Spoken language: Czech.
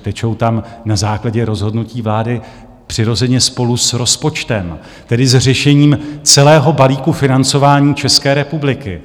Přitečou tam na základě rozhodnutí vlády přirozeně spolu s rozpočtem, tedy s řešením celého balíku financování České republiky.